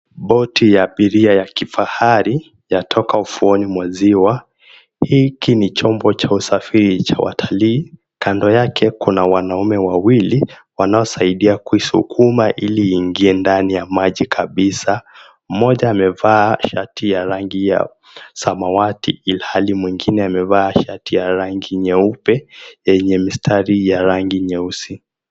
Boti ya abiria ya kifahari yatoka ufuoni mwa ziwa hiki ni chombo cha usafiri cha watalii. Kando yake kuna wanaume wawili wanaosaidia kuisukuma ili iingie ndani ya maji kabisa. Mmoja amevaa shati ya rangi ya samawati ilhali mwingine amevaa shati ya rangi nyeupe yenye mistari ya rangi nyeusi.